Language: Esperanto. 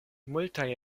multaj